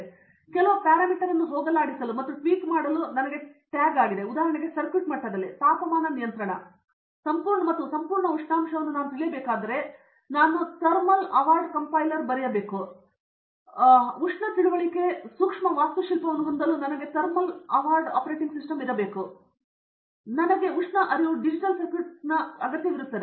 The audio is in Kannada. ಹಾಗಾಗಿ ಕೆಲವು ಪ್ಯಾರಾಮೀಟರ್ ಅನ್ನು ಹೋಗಲಾಡಿಸಲು ಮತ್ತು ಟ್ವೀಕ್ ಮಾಡಲು ನನಗೆ ಇದು ಟ್ಯಾಗ್ ಆಗಿದೆ ಉದಾಹರಣೆಗೆ ಸರ್ಕ್ಯೂಟ್ ಮಟ್ಟದಲ್ಲಿ ತಾಪಮಾನ ನಿಯಂತ್ರಣ ನಾನು ಸಂಪೂರ್ಣ ಉಷ್ಣಾಂಶವನ್ನು ತಿಳಿಯಬೇಕಾದರೆ ನಾನು ಥರ್ಮಲ್ ಅವಾರ್ಡ್ ಕಂಪೈಲರ್ ಬರೆಯಬೇಕು ಉಷ್ಣ ತಿಳಿವಳಿಕೆ ಸೂಕ್ಷ್ಮ ವಾಸ್ತುಶಿಲ್ಪವನ್ನು ಹೊಂದಲು ನನಗೆ ಥರ್ಮಲ್ ಅವಾರ್ಡ್ ಆಪರೇಟಿಂಗ್ ಸಿಸ್ಟಮ್ ಇರಬೇಕು ನನಗೆ ಉಷ್ಣ ಅರಿವು ಡಿಜಿಟಲ್ ಸರ್ಕ್ಯೂಟ್ ಅಗತ್ಯವಿರುತ್ತದೆ